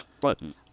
button